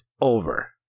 over